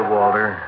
Walter